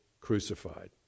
crucified